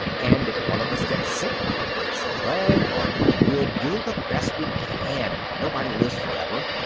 and if one of us gets sick or breaks a leg or we'll do the best we can. nobody lives forever.